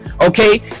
Okay